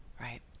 right